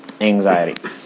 anxiety